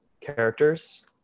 characters